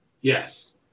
Yes